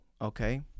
okay